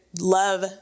love